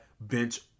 bench